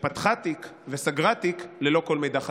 שפתחה תיק וסגרה תיק ללא כל מידע חדש.